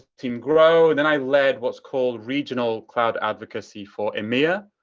team grow, and then i led what's called regional cloud advocacy for eumea,